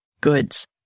goods